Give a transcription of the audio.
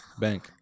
Bank